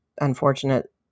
unfortunate